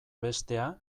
bestea